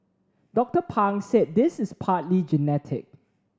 Doctor Pang said this is partly genetic